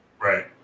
Right